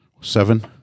seven